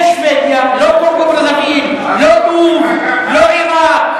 זה שבדיה, לא קונגו-ברזוויל, לא לוב, לא עירק.